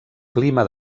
clima